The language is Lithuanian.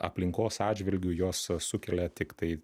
aplinkos atžvilgiu jos sukelia tiktai